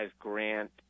Grant